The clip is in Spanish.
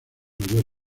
mayor